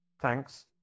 thanks